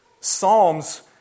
Psalms